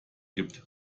gibt